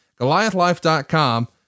Goliathlife.com